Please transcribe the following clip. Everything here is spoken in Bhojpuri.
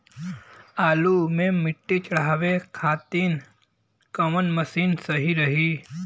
आलू मे मिट्टी चढ़ावे खातिन कवन मशीन सही रही?